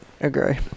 Agree